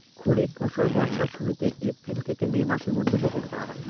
খরিফ ফসল বর্ষার শুরুতে, এপ্রিল থেকে মে মাসের মধ্যে, বপন করা হয়